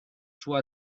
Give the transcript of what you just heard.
sua